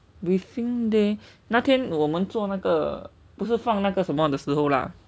briefing day 那天我们做那个不是放那个的时候 lah